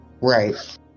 Right